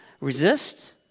Resist